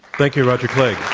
thank you roger clegg.